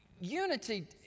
unity